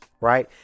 Right